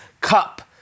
Cup